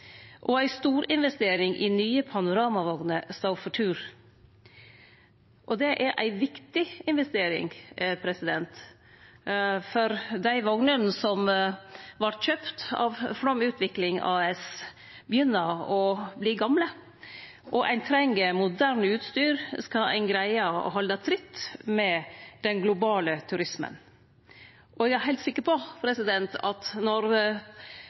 og ei storinvestering i nye panoramavogner står for tur. Det er ei viktig investering, for dei vognene som vart kjøpte av Flåm Utvikling AS, begynner å verte gamle, og ein treng moderne utstyr skal ein greie å halde tritt med den globale turismen. Eg er heilt sikker på at